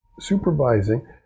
supervising